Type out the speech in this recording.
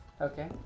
Okay